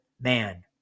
man